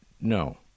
no